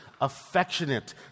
affectionate